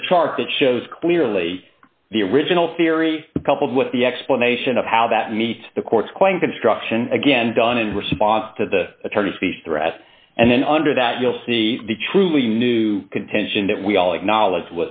is a chart that shows clearly the original theory coupled with the explanation of how that meets the court's quite construction again done in response to the attorney fees threat and then under that you'll see the truly new contention that we all acknowledge